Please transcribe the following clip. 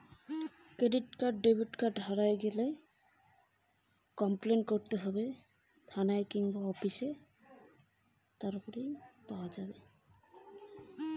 Credit card অথবা debit card হারে গেলে কি করা লাগবে?